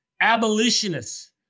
abolitionists